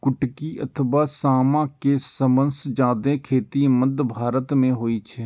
कुटकी अथवा सावां के सबसं जादे खेती मध्य भारत मे होइ छै